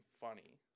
funny